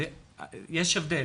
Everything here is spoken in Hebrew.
יש הבדל,